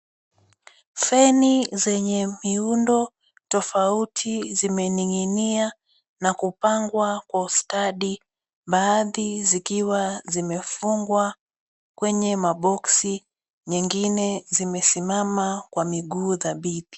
Feni zenye miundo tofauti zimening'inia na kupangwa kwa ustadi, baadhi zikiwa zimefungwa kwenye maboxi, nyingine zimesimama kwa miguu dhabiti.